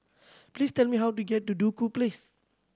please tell me how to get to Duku Place